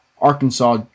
Arkansas